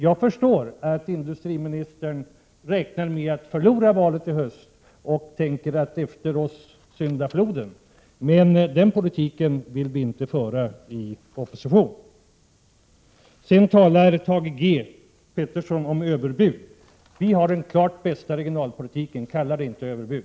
Jag förstår att industriministern räknar med att förlora valet i höst och tänker: Efter oss syndafloden. Men den politiken vill inte vi föra i opposition. Thage G Peterson talar om överbud. Vi har den klart bästa regionalpolitiken, kalla den inte överbud!